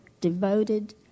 devoted